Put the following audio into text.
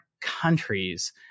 countries